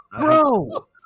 bro